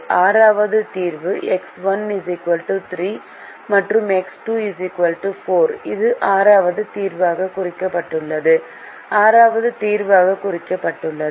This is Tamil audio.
ஆறாவது தீர்வு எக்ஸ் 1 3 மற்றும் எக்ஸ் 2 4 இது ஆறாவது தீர்வாக குறிக்கப்பட்டுள்ளது ஆறாவது தீர்வாக குறிக்கப்பட்டுள்ளது